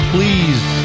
Please